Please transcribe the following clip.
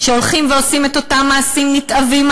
שהולכים ועושים את אותם מעשים נתעבים,